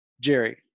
Jerry